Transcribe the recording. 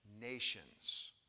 nations